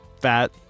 Fat